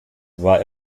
war